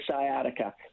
sciatica